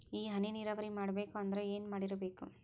ಈ ಹನಿ ನೀರಾವರಿ ಮಾಡಬೇಕು ಅಂದ್ರ ಏನ್ ಮಾಡಿರಬೇಕು?